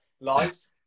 Lives